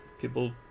people